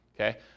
Okay